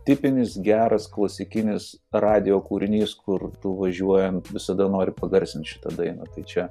tipinis geras klasikinis radijo kūrinys kur tu važiuojant visada nori pagarsint šitą dainą tai čia